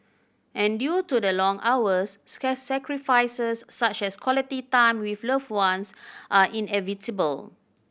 and due to the long hours sacrifices such as quality time with loved ones are inevitable